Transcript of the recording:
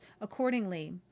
accordingly